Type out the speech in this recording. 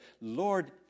Lord